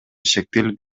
шектелип